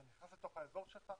אתה נכנס לתוך האזור שלך,